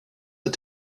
had